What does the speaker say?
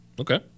Okay